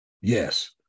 Yes